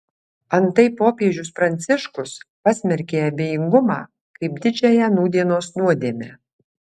antai popiežius pranciškus pasmerkė abejingumą kaip didžiąją nūdienos nuodėmę